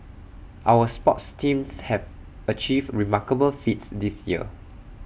our sports teams have achieved remarkable feats this year